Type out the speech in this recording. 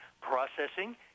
processing